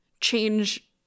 change